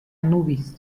anubis